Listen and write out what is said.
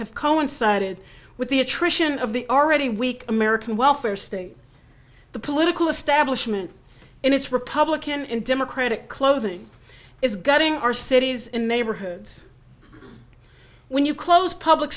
have coincided with the attrition of the already weak american welfare state the political establishment and its republican and democratic clothing is gutting our cities and neighborhoods when you close public